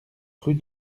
rue